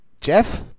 Jeff